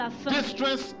distress